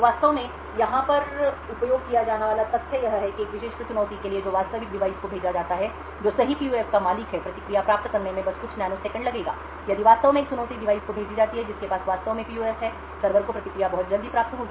तो वास्तव में यहाँ पर उपयोग किया जाने वाला तथ्य यह है कि एक विशेष चुनौती के लिए है जो वास्तविक डिवाइस को भेजा जाता है जो सही पीयूएफ का मालिक है प्रतिक्रिया प्राप्त करने में बस कुछ नैनोसेकंड लगेगा यदि वास्तव में एक चुनौती डिवाइस को भेजी जाती है जिसके पास वास्तव में PUF है सर्वर को प्रतिक्रिया बहुत जल्दी प्राप्त होगी